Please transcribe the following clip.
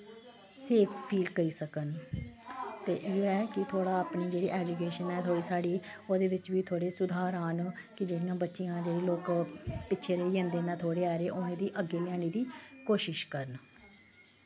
safe feel करी सकन ते इ'यै ऐ कि थोह्ड़ा अपनी जेह्ड़ी ऐजुकेशन ऐ थोह्ड़ी साढ़ी ओह्दे बिच्च बी थोह्ड़े सुधार औन कि जेह्ड़ियां बच्चियां जेह्ड़े लोक पिच्छें रेही जंदे न थोह्ड़े हारे उ'नेंगी अग्गें लेऔने दी कोशश करन